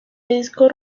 disco